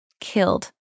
killed